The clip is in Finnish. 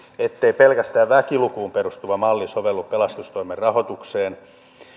ettei pelkästään väkilukuun perustuva malli sovellu pelastustoimen rahoitukseen